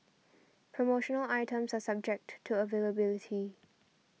promotional items are subject to to availability